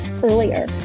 earlier